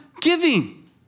giving